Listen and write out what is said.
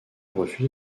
refuse